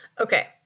Okay